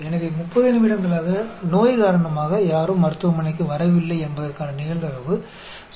எனவே 30 நிமிடங்களாக நோய் காரணமாக யாரும் மருத்துவமனைக்கு வரவில்லை என்பதற்கான நிகழ்தகவு 0